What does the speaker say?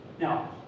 Now